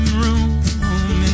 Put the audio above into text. room